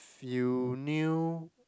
if you knew